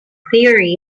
theory